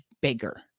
bigger